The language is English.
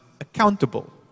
accountable